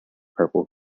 purple